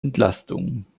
entlastung